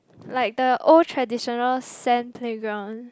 like the old traditional sand playground